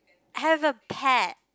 have a pet